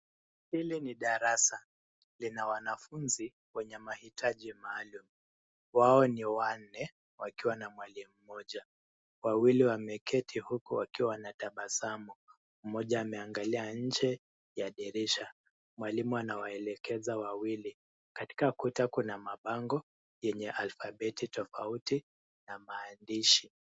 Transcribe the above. Hili ni darasa, lina wafunzi wenye mahitaji maalum. Wawe ni wanne wakiwa na mwalimu mmoja. Wawili wameketi huku wakiwa wanatabasamu, mmoja ameangalia nje ya dirisha. Mwalimu anawaelekeza wawili. Katika kuta kuna mabango yenye alfabeti tofauti na maandishi.